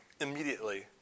immediately